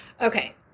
Okay